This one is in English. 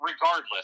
Regardless